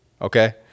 Okay